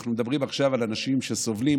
אנחנו מדברים עכשיו על אנשים שסובלים.